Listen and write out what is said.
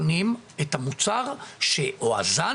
הם קונים את המוצר או את הזן,